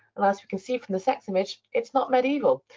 and as we can see from the second image, it's not medieval.